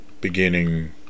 beginning